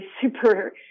super